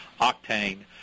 octane